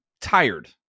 tired